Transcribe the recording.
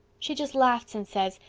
she just laughs and says,